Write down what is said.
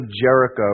Jericho